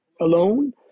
alone